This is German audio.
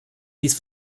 dies